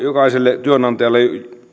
jokaiselle työnantajalle